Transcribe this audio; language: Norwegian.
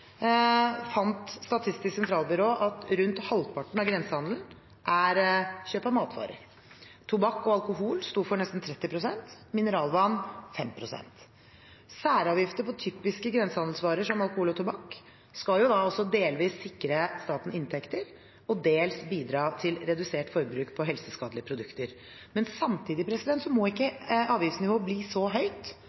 fant Statistisk sentralbyrå at rundt halvparten av grensehandelen er kjøp av matvarer. Tobakk og alkohol sto for nesten 30 pst., mineralvann 5 pst. Særavgifter på typiske grensehandelsvarer som alkohol og tobakk skal dels sikre staten inntekter og dels bidra til redusert forbruk av helseskadelige produkter. Samtidig må ikke avgiftsnivået bli så høyt